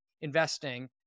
investing